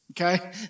Okay